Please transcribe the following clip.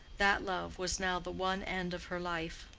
that love was now the one end of her life.